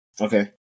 Okay